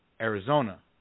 Arizona